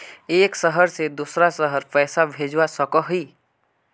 एक शहर से दूसरा शहर पैसा भेजवा सकोहो ही?